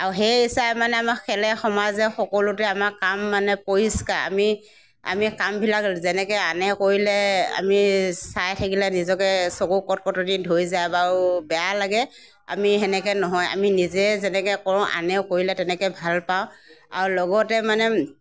আৰু সেই চাই মানে আমাৰ খেলে সমাজে সকলোতে আমাক কাম মানে পৰিষ্কাৰ আমি আমি কামবিলাক যেনেকৈ আনে কৰিলে আমি চাই থাকিলে নিজকে চকু কটকটনি ধৰি যায় বাৰু বেয়া লাগে আমি সেনেকৈ নহয় আমি নিজে যেনেকৈ কৰোঁ আনেও কৰিলে তেনেকৈ ভাল পাওঁ আৰু লগতে মানে